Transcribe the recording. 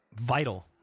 vital